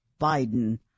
Biden